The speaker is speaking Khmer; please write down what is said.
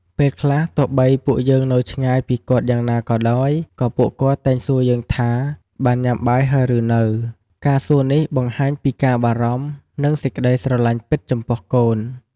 ពេលខ្លះ ទោះបីពួកយើងនៅឆ្ងាយពីគាត់យ៉ាងណាក៏ដោយ ក៏ពួកគាត់តែងសួរយើងថា "បានញុាំបាយហើយឬនៅ?" ការសួរនេះ បង្ហាញពីការបារម្ភនិងសេចក្ដីស្រឡាញ់ពិតចំពោះកូន។